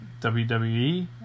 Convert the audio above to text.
WWE